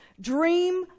Dream